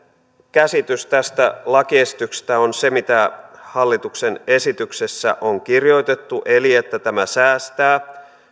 käsitys tästä lakiesityksestä on se mitä hallituksen esityksessä on kirjoitettu eli se että tämä säästää